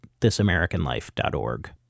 thisamericanlife.org